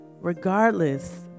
regardless